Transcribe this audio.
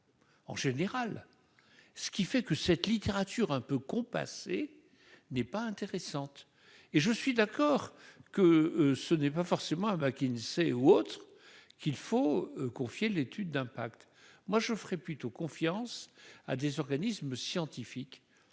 En général, ce qui fait que cette littérature un peu compassé n'est pas intéressante et je suis d'accord que ce n'est pas forcément à McKinsey ou autre, qu'il faut confier l'étude d'impact, moi je ferais plutôt confiance à des organismes scientifiques,